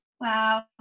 Wow